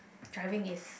driving is